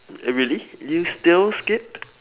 really do you still skip